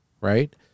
right